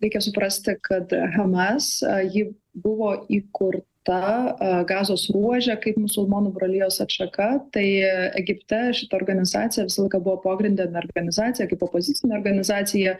reikia suprasti kad hamas ji buvo įkur ta a gazos ruože kaip musulmonų brolijos atšaka tai egipte šita organizacija visą laiką buvo pogrinde organizacija kaip opozicinė organizacija